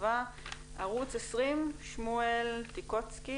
שמואל טיקוצקי